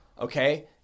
Okay